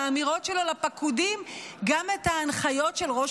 באמירות שלו לפקודים הוא עקף גם את ההנחיות של ראש